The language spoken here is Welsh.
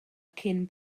cyn